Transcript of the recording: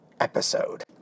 episode